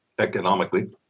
economically